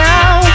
Now